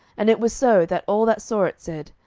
and it was so, that all that saw it said,